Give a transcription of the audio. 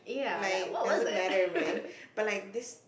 like it doesn't matter man but like this